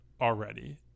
already